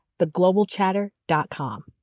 theglobalchatter.com